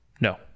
No